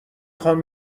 خوام